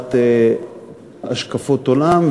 חוצה השקפות עולם,